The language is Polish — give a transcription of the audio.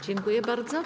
Dziękuję bardzo.